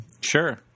Sure